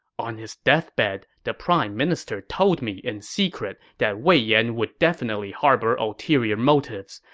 on his deathbed, the prime minister told me in secret that wei yan would definitely harbor ulterior motives.